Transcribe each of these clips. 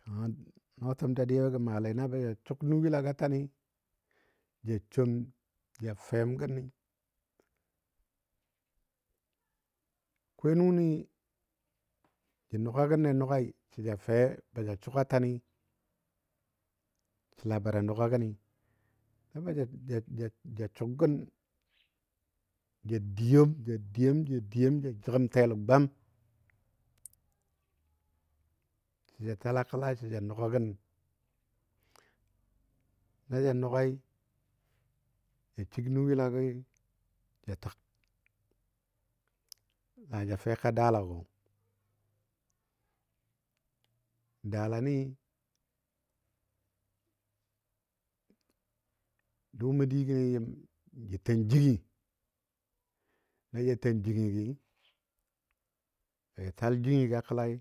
Kanga nɔɔtəm dadiyabɔ gə maalei na ba ja sʊg nuyila ga tani, ja som ja fem gəni. Akwai nʊni ja nuga gənle nugai sə ja fe ba ja sʊg a tani, səla ba da nuga gəni. Na ba ja ja ja sʊg gən, ja diyem ja diyem ja diyem ja jəgəm telo gwam sə ja tala kəla sə ja nuga gən. Na ja nugai, jə səg nuyila gi ja təg, la ja feka daalagɔ. Daalani dʊʊmɔ digəni jə ten jingi, na ja ten jingi gəi, ya ja tal jingiga kəlai,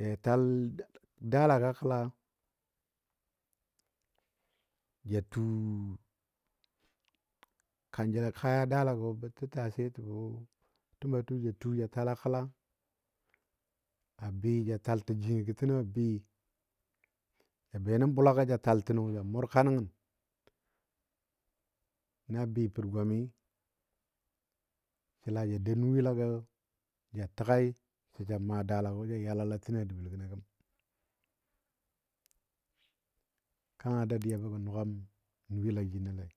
ya ja tal daala ga kəla ja tuu kanjəl kaya daalagɔ bə tattase təbɔ tamatur ja tuu ja tala kəla, a bɨ ja taltə jingigɔ təgo a bɨ ja be nən bulagɔ ja tal tanɔ ja mʊrka nəngən. Na bɨ pər gwam sə ja dou nuyilagɔ ja təgai sə ja maa daalagɔ ja yalala təgɔ dəbəl gənɔ gəm. kanga dadiyabo’ ga nugam nuyila jinolei.